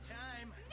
time